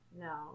no